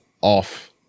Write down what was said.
off